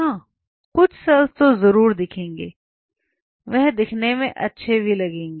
हां कुछ तो जरूर देखेंगे और वह देखने में अच्छे भी लगेंगे